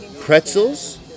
pretzels